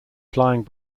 flying